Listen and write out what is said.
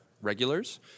regulars